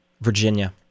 Virginia